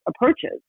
approaches